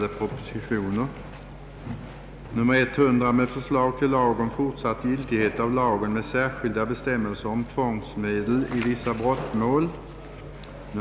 Det finns välgrundad anledning att ifrågasätta om så åldriga lagbestämmelser skall få vara hindrande för en i vår tid vällovlig utveckling inom kyrkans område, och man kan med fog ställa fråga om ej sådan lag bör avskaffas.